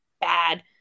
bad